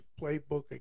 playbook